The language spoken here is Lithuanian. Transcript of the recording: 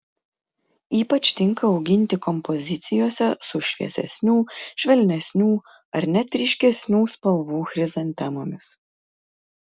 ypač tinka auginti kompozicijose su šviesesnių švelnesnių ar net ryškesnių spalvų chrizantemomis